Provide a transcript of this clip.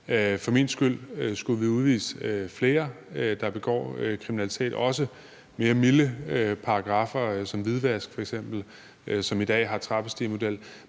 For min skyld skulle vi udvise flere, der begår kriminalitet, også i forhold til mere milde paragraffer som f.eks. hvidvask, hvor der i dag er en trappestigemodel.